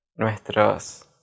nuestros